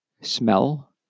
smell